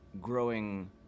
growing